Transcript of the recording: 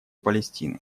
палестины